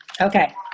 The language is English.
okay